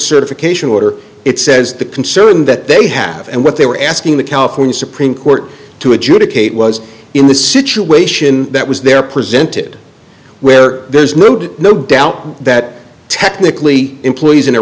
certification order it says the concern that they have and what they were asking the california supreme court to adjudicate was in the situation that was there presented where there's no food no doubt that technically employees in a